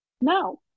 no